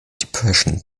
depression